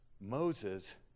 Moses